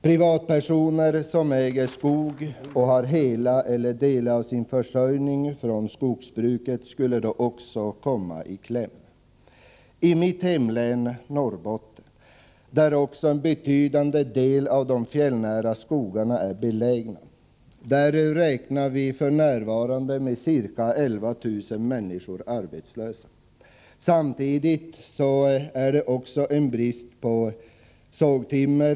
Privatpersoner, som äger skog och har hela eller delar av sin försörjning från skogsbruket, skulle då också komma i kläm. I mitt hemlän, Norrbottens län, där också en betydande del av de fjällnära skogarna är belägna, räknar vi f.n. med att ca 11 000 människor är arbetslösa. Samtidigt är det brist på sågtimmer.